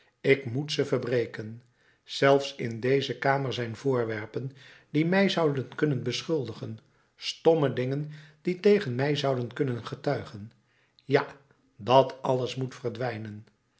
ik moet ze verbreken zelfs in deze kamer zijn voorwerpen die mij zouden beschuldigen stomme dingen die tegen mij zouden kunnen getuigen ja dat alles moet verdwijnen